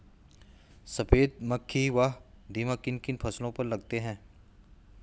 सफेद मक्खी व दीमक किन किन फसलों पर लगते हैं?